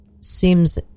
seems